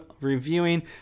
reviewing